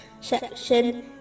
section